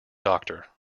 doctor